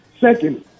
Second